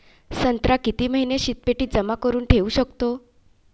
संत्रा किती महिने शीतपेटीत जमा करुन ठेऊ शकतो?